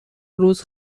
روز